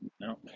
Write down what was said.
No